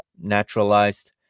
naturalized